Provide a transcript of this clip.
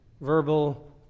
verbal